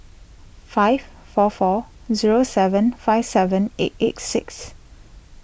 five four four zero seven five seven eight eight six